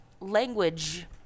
language